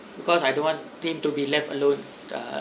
because I don't want him to be left alone